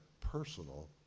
personal